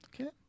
Okay